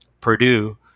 Purdue